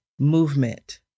movement